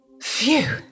Phew